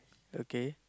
okay